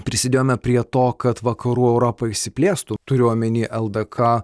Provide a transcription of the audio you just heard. prisidėjome prie to kad vakarų europa išsiplėstų turiu omeny ldk